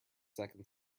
second